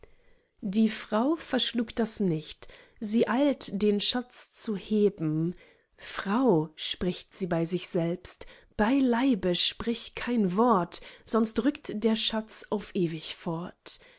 die frau verschlug das nichts sie eilt den schatz zu heben frau spricht sie bei sich selbst beileibe sprich kein wort sonst rückt der schatz auf ewig fort